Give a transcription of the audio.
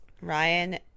Ryan